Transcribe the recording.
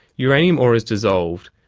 uranium ore is dissolved,